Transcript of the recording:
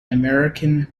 american